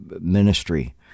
ministry